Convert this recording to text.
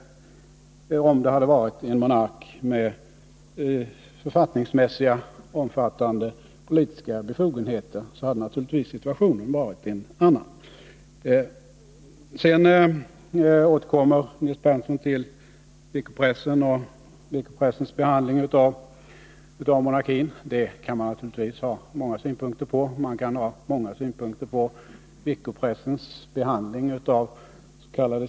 Om det hade gällt en monark med omfattande författningsmässiga politiska befogenheter hade naturligtvis situationen varit en annan. Sedan återkommer Nils Berndtson till veckopressen och dess behandling av monarkin. Den saken kan man naturligtvis ha många synpunkter på. Man kan ha många synpunkter på veckopressens behandling avs.k.